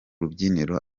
rubyiniro